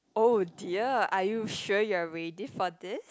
oh dear are you sure you are ready for this